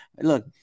Look